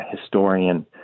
historian